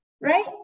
Right